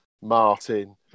Martin